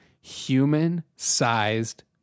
human-sized